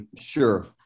Sure